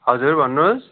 हजुर भन्नुहोस्